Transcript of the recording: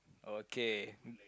okay